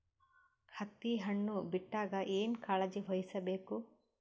ಹತ್ತಿ ಹಣ್ಣು ಬಿಟ್ಟಾಗ ಏನ ಕಾಳಜಿ ವಹಿಸ ಬೇಕು?